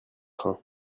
train